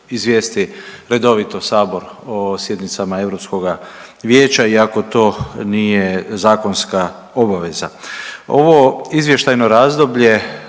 izvijesti redovito sabor o sjednicama Europskoga vijeća iako to nije zakonska obaveza. Ovo izvještajno razdoblje